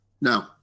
No